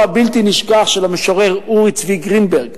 הבלתי נשכח של המשורר אורי צבי גרינברג